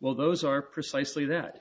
well those are precisely that